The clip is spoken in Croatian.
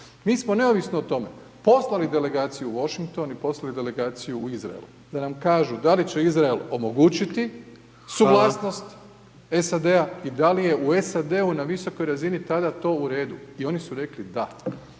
Mi smo neovisno o tome poslali delegaciju u Washington i poslali delegaciju u Izrael da nam kažu da li će Izrael omogućiti .../Upadica: Hvala./... suglasnost SAD-a i da li je u SAD-u na visokoj razini tada to u redu. I oni su rekli da.